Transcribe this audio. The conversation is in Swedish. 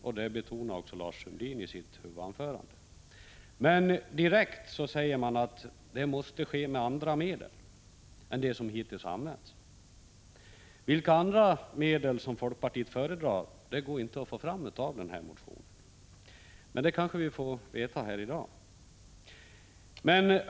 Det betonade också Lars Sundin i sitt huvudanförande. Direkt efteråt säger man dock: ”men det måste ske med andra medel” än dem som hittills har använts. Vilka andra medel folkpartiet föredrar går det inte att få fram av motionen, men det kanske vi får veta i dag.